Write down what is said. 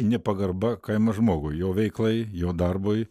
nepagarba kaimo žmogui jo veiklai jo darbui